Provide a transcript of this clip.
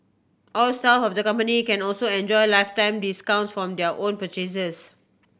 all staff of the company can also enjoy lifetime discounts from their own purchases